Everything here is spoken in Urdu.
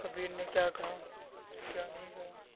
کبیر نے کیا کہا کیا نہیں کہا